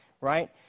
right